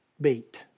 beat